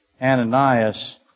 Ananias